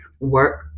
work